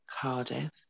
Cardiff